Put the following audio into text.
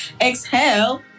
exhale